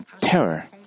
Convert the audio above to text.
terror